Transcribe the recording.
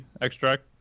extract